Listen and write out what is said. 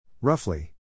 Roughly